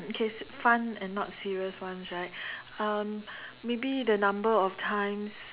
okay fun and non serious one right um maybe the number of times